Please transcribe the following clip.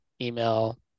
email